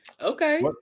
Okay